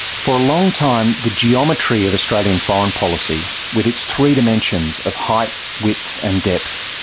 for a long time, the geometry of australian foreign policy, with its three dimensions of height, width and depth,